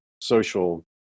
social